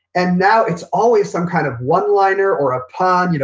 and now it's always some kind of one liner or a pun. you know